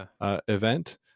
event